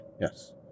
Yes